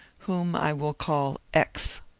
whom i will call x.